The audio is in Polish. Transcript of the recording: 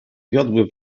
wiodły